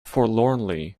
forlornly